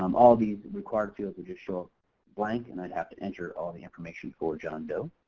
um all these required fields would just show up blank and i'd have to enter all of the information for john doe.